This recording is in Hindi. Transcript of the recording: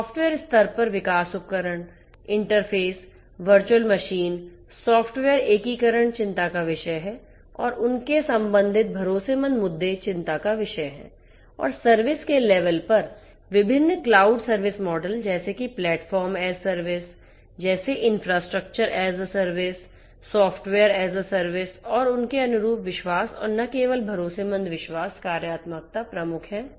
सॉफ्टवेयर स्तर पर विकास उपकरण इंटरफेस वर्चुअल मशीन सॉफ्टवेयर एकीकरण चिंता का विषय है और उनके संबंधित भरोसेमंद मुद्दे चिंता का विषय हैं और सर्विस के लेवल पर विभिन्न क्लाउड सर्विस मॉडल जैसे कि प्लेटफॉर्मasसर्विसजैसे infrastructure as a service software as a service और उनके अनुरूप विश्वास और न केवल भरोसेमंद विश्वास कार्यात्मकता प्रमुख हैं